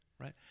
right